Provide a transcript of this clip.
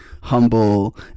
humble